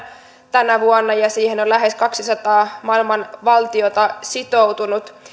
tänä vuonna ja siihen on lähes kahdensadan maailman valtiota sitoutunut